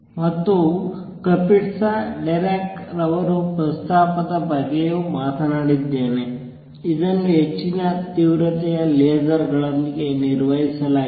ಮತ್ತು Kapitza Dirac ರವರು ಪ್ರಸ್ತಾಪದ ಬಗ್ಗೆಯೂ ಮಾತನಾಡಿದ್ದೇನೆ ಇದನ್ನು ಹೆಚ್ಚಿನ ತೀವ್ರತೆಯ ಲೇಸರ್ ಗಳೊಂದಿಗೆ ನಿರ್ವಹಿಸಲಾಗಿದೆ